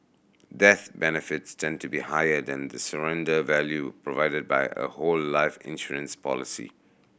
death benefits tend to be higher than the surrender value provided by a whole life insurance policy